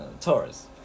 Taurus